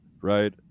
right